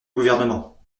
gouvernement